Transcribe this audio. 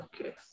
okay